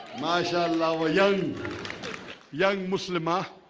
mashallah yong yong muslima